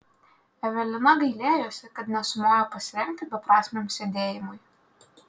evelina gailėjosi kad nesumojo pasirengti beprasmiam sėdėjimui